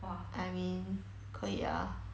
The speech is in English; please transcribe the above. !wah! I mean 可以 ah